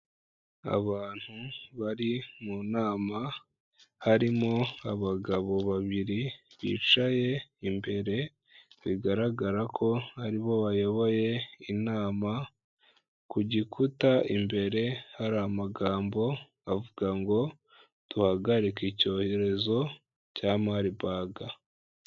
Abantu bari mu nama, harimo abagabo babiri bicaye imbere, bigaragara ko aribo bayoboye inama, ku gikuta imbere hari amagambo avuga ngo, duhagarike icyorezo cya marburg.